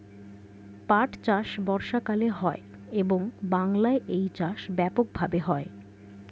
পাট চাষ বর্ষাকালে করা হয় এবং বাংলায় এই চাষ ব্যাপক ভাবে হয়